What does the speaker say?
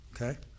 Okay